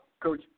Coach